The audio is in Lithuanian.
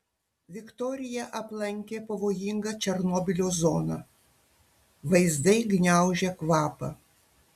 viktorija aplankė pavojingą černobylio zoną vaizdai gniaužia kvapą